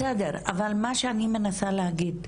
מה בסדר אבל שאני מנסה להגיד,